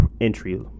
entry